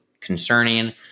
concerning